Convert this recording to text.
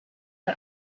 are